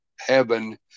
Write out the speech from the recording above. heaven